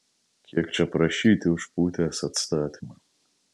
kiek čia prašyti už putės atstatymą